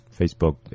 Facebook